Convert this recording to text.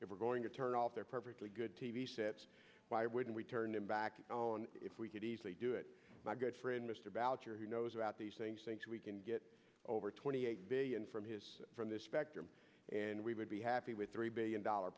if we're going to turn off their perfectly good t v sets why wouldn't we turn it back on if we could easily do it my good friend mr boucher who knows about these things thinks we can get over twenty eight billion from his from this spectrum and we would be happy with three billion dollar